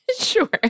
Sure